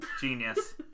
Genius